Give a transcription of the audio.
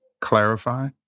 clarify